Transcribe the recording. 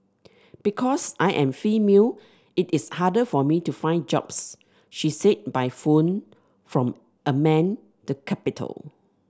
because I am female it is harder for me to find jobs she said by phone from Amman the capital